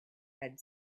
had